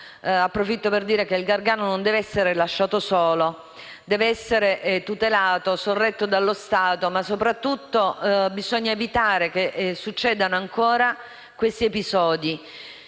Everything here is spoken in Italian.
Approfitto per dire che il Gargano non deve essere lasciato solo, ma deve essere tutelato e sorretto dallo Stato. Soprattutto, bisogna evitare che si verifichino ancora questi episodi